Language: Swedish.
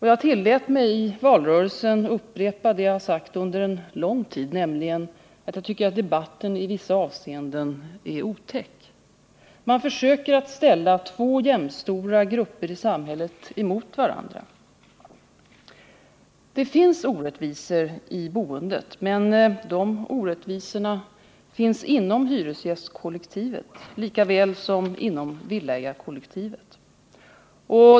Jag tillät mig i valrörelsen upprepa det jag har sagt under en lång tid, nämligen att jag tycker att debatten i vissa hänseenden är otäck. Man försöker att ställa två jämnstora grupper i samhället emot varandra. Det finns orättvisor i boendet, men de orättvisorna finns inom hyresgästkollektivet lika väl som inom villaägarkollektivet.